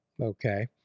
Okay